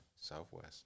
Southwest